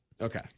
Okay